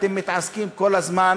אתם מתעסקים כל הזמן